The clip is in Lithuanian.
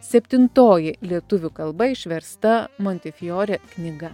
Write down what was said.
septintoji lietuvių kalba išversta montifjorė knyga